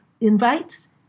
invites